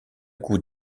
coup